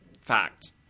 fact